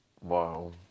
Wow